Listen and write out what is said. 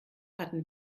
hatten